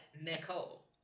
Nicole